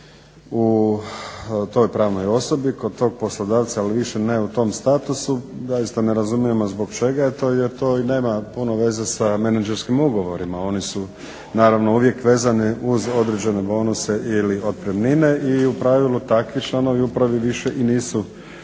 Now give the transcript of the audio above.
u toj pravnoj osobi kod tog poslodavca ali više ne u tom statusu zaista ne razumijemo zbog čega je to jer to i nema puno veze sa menadžerskim ugovorima. Oni su naravno uvijek vezani uz određene bonuse ili otpremnine i u pravilu takvi članovi uprave više i nisu